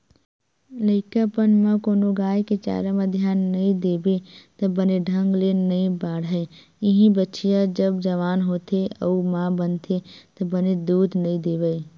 लइकापन म कोनो गाय के चारा म धियान नइ देबे त बने ढंग ले नइ बाड़हय, इहीं बछिया जब जवान होथे अउ माँ बनथे त बने दूद नइ देवय